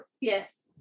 Yes